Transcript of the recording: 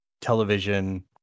television